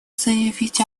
заявить